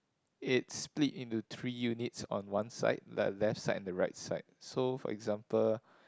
it's spilt into three units on one side like left side and the right side so for example